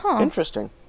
Interesting